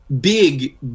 big